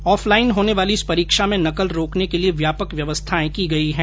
of line होने वाली इस परीक्षा में नकल रोकने के लिये व्यापक व्यवस्थायें की गई है